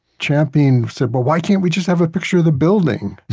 champion said, well, why can't we just have a picture of the building,